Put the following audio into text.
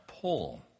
pull